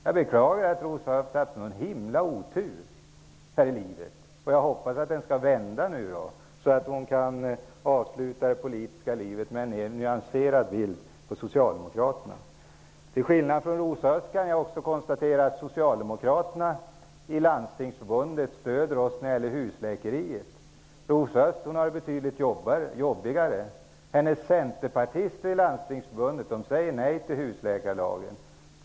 Jag beklagar att Rosa Östh haft en sådan himla otur här i livet. Jag hoppas att det vänder, så att hon kan avsluta det politiska livet med en mera nyanserad bild av socialdemokraterna. Till skillnad från Rosa Östh kan jag vidare konstatera att socialdemokraterna i Landstingsförbundet stöder oss när det gäller husläkeriet. Rosa Östh har det betydligt jobbigare. Centerpartisterna i Landstingsförbundet säger nämligen nej till husläkarlagen.